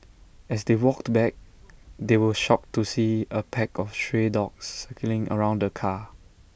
as they walked back they were shocked to see A pack of stray dogs circling around the car